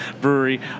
brewery